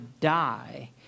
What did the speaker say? die